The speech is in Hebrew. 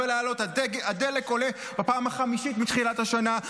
הדלק עולה בפעם החמישית מתחילת השנה,